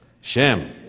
Shem